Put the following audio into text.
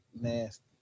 nasty